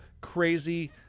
crazy